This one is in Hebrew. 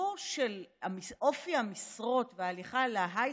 הסיפור של אופי המשרות וההליכה להייטק,